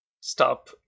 stop